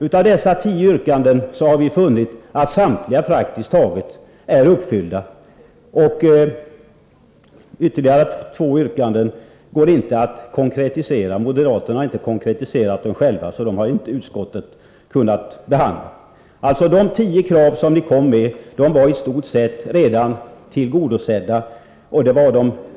Vi har funnit att praktiskt taget samtliga dessa tio yrkanden är uppfyllda, och två av yrkandena har moderaterna inte ens själva konkretiserat — utskottet har alltså inte kunnat behandla dem. De tio krav ni har fört fram var i stort sett tillgodosedda